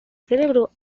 cerebro